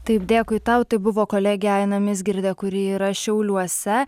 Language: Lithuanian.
taip dėkui tau tai buvo kolegė aina mizgirdė kuri yra šiauliuose